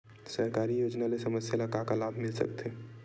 सरकारी योजना ले समस्या ल का का लाभ मिल सकते?